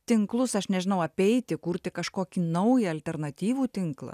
tinklus aš nežinau apeiti kurti kažkokį naują alternatyvų tinklą